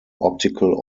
optical